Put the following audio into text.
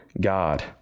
God